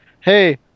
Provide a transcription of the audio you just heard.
hey